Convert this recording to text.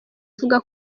avuga